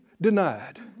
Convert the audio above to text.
denied